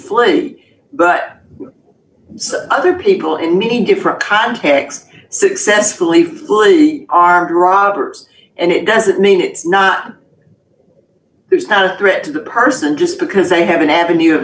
flee but other people in many different contexts successfully fully armed robbers and it doesn't mean it's not it's not a threat to the person just because they have an avenue of